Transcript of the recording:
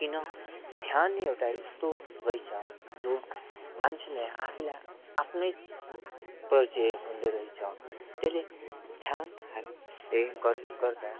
किन ध्यान नै एउटा यस्तो रहेछ जो मान्छेले आफूलाई आफ्नै परिचय हुँदोरहेछ त्यसले ध्यान हामीले गर् गर्दा